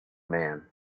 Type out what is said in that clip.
man